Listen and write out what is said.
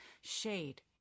Shade